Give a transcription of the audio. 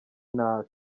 nabi